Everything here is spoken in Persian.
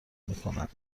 میکنند